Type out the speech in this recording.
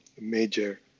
major